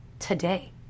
today